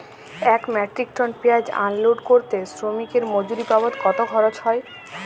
এক metric ton পেঁয়াজ unload করতে শ্রমিকের মজুরি বাবদ কত খরচ হয়?